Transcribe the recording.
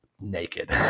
naked